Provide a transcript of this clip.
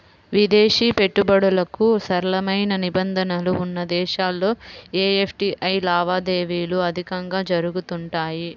విదేశీ పెట్టుబడులకు సరళమైన నిబంధనలు ఉన్న దేశాల్లో ఎఫ్డీఐ లావాదేవీలు అధికంగా జరుగుతుంటాయి